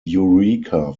eureka